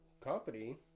company